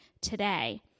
today